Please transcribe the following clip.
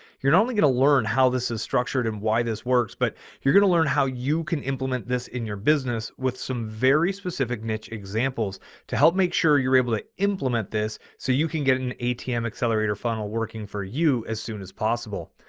you're not and only going to learn how this is structured and why this works, but you're going to learn how you can implement this in your business with some very specific niche, examples to help make sure you're able to. implement this. so you can get an atm accelerator funnel working for you as soon as possible.